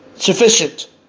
Sufficient